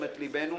לתשומת ליבנו,